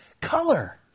color